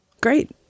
Great